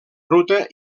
ruta